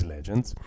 Legends